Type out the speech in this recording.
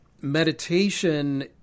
meditation